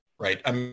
Right